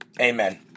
amen